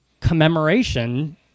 commemoration